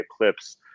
eclipse